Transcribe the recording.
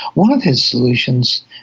one of his solutions,